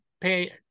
pay